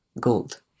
gold